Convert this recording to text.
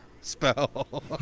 spell